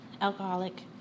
alcoholic